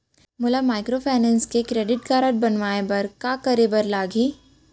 मोला माइक्रोफाइनेंस के credit card बनवाए बर का करे बर लागही?